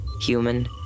human